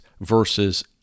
versus